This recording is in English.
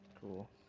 Cool